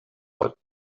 but